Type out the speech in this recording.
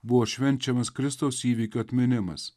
buvo švenčiamas kristaus įvykio atminimas